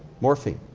morphine.